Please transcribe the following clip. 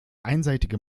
einseitige